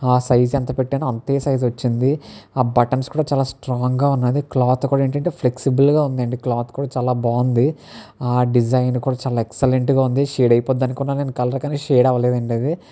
ఆ సైజ్ ఎంత పెట్టానో అంతే సైజ్ వచ్చింది ఆ బటన్స్ కూడా చాలా స్ట్రాంగ్గా ఉన్నది క్లాత్ కూడా ఏంటంటే ఫ్లెక్సిబుల్గా ఉందండి క్లాత్ కూడా చాలా బాగుంది ఆ డిజైన్ కూడా చాలా ఎక్సలెంట్గా ఉంది షేడ్ అయిపోద్ది అనుకున్నాను కలర్ కానీ షేడ్ అవ్వలేదండి అది